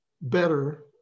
better